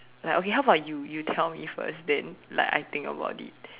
like okay how about you you tell me first then like I think about it